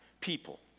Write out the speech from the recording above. people